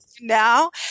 now